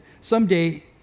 someday